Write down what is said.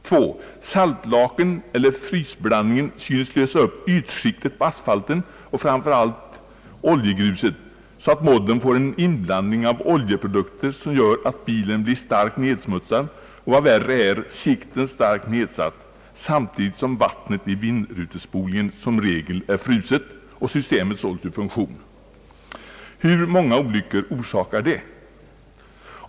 2) Saltlaken eller frysblandningen synes lösa upp ytskiktet på asfalten och framför allt oljegruset, så att modden får en inblandning av oljeprodukter som gör att bilen blir starkt nedsmutsad och — vad värre är — sikten starkt nedsatt samtidigt som vattnet i vindrutespolningen som regel är fruset och systemet således ur funktion. Hur många olyckor orsakar det?